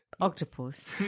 Octopus